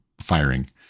firing